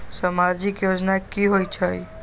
समाजिक योजना की होई छई?